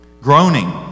groaning